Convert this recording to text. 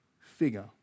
figure